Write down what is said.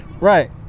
Right